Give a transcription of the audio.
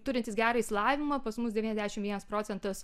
turintis gerą išsilavinimą pas mus devyniasdešimt vienas procentas